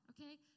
okay